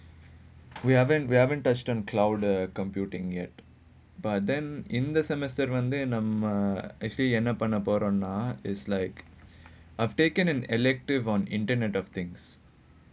we haven't we haven't touched on cloud computing yet but then in the semester one and um ah actually என்ன பண்ணப்போறேனா:enna pannapporaennaa is like I've taken an elective on internet of things